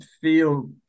feel